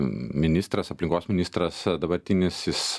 ministras aplinkos ministras dabartinis jis